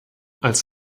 als